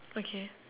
okay